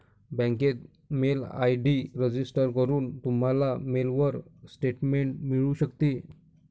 बँकेत mail ID register करून, तुम्हाला मेलवर स्टेटमेंट मिळू शकते